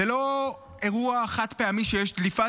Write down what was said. זה לא אירוע חד-פעמי שיש דליפה,